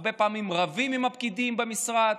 הרבה פעמים רבים עם הפקידים במשרד,